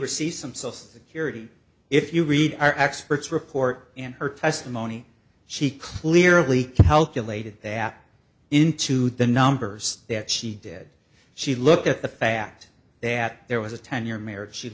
receive some social security if you read our expert's report in her testimony she clearly calculated that into the numbers that she did she look at the fact that there was a ten year marriage she